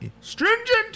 Stringent